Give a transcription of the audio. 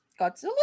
Godzilla